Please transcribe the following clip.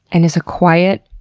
and as a quiet,